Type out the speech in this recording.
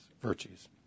virtues